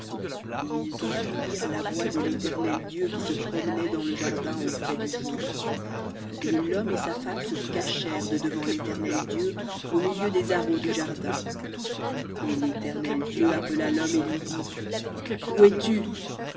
ils entendirent la voix de l'éternel dieu qui se promenait dans le jardin au frais du jour et l'homme et sa femme se cachèrent de devant l'éternel dieu au milieu des arbres du jardin et l'éternel dieu appela l'homme et lui dit où es-tu